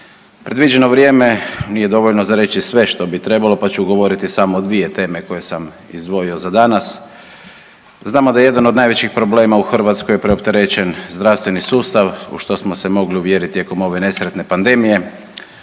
Predviđeno vrijeme nije dovoljno za reći sve što bi trebalo, pa ću govoriti o samo dvije teme koje sam izdvojio za danas. Znamo da jedan od najvećih problema u Hrvatskoj je preopterećen zdravstveni sustav u što smo se mogli uvjeriti tijekom ove nesretne pandemije.